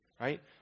right